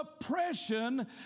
oppression